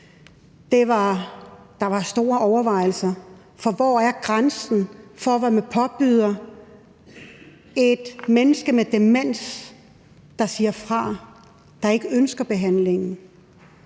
der var store overvejelser. For hvor går grænsen for, hvad man påbyder et menneske med demens, der siger fra og ikke ønsker behandlingen?